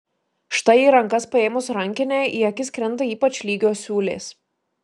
štai į rankas paėmus rankinę į akis krinta ypač lygios siūlės